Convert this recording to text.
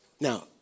Now